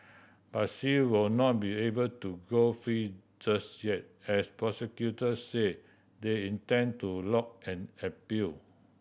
but she will not be able to go free just yet as prosecutors said they intend to lodge an appeal